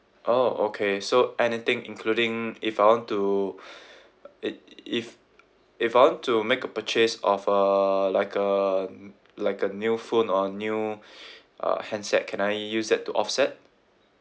oh okay so anything including if I want to it if if I want to make a purchase of a like a like a new phone or a new uh handset can I use that to offset